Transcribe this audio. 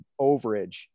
overage